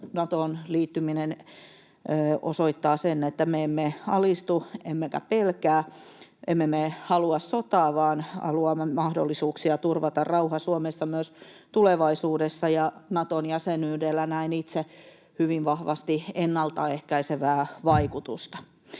Natoon liittyminen osoittaa sen, että me emme alistu emmekä pelkää. Emme me halua sotaa, vaan haluamme mahdollisuuksia turvata rauha Suomessa myös tulevaisuudessa, ja Naton jäsenyydellä näen itse hyvin vahvasti ennaltaehkäisevää vaikutusta.